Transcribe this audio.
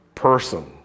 person